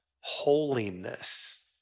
holiness